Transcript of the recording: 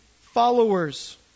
followers